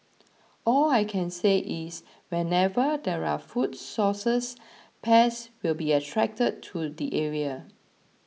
all I can say is wherever there are food sources pests will be attracted to the area